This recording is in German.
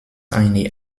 eine